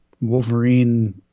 Wolverine